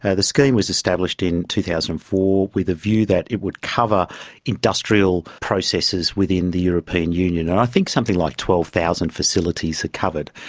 the scheme was established in two thousand and four with a view that it would cover industrial processes within the european union, and i think something like twelve thousand facilities are covered.